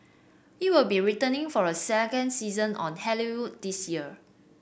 it will be returning for a second season on Halloween this year